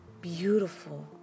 beautiful